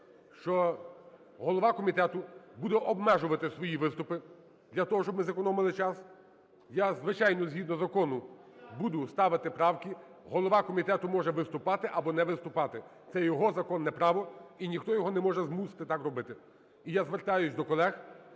що голова комітету буде обмежувати свої виступи для того, щоб ми зекономили час. Я, звичайно, згідно закону буду ставити правки, голова комітету може виступати або не виступати, це його законне право, і ніхто його не може змусити так робити. І я звертаюсь до колег